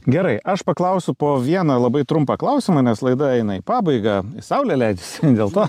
gerai aš paklausiu po vieną labai trumpą klausimą nes laida eina į pabaigą saulė leidžiasi dėl to